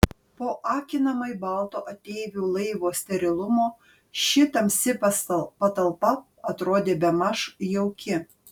po akinamai balto ateivių laivo sterilumo ši tamsi patalpa atrodė bemaž jauki